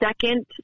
second